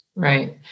Right